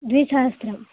द्विसहस्रं